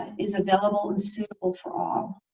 is available in single for all,